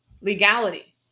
legality